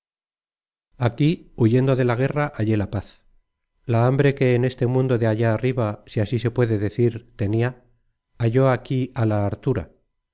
aquí huyendo de la guerra hallé la paz la hambre que en ese mundo de allá arriba si así se puede decir tenia halló aquí á la hartura